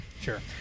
Sure